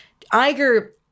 Iger